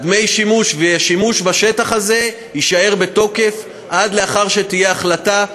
דמי השימוש והשימוש בשטח הזה יישארו בתוקף עד לאחר שתהיה החלטה,